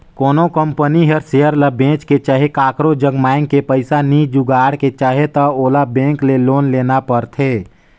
कोनो कंपनी हर सेयर ल बेंच के चहे काकरो जग मांएग के पइसा नी जुगाड़ के चाहे त ओला बेंक ले लोन लेना परथें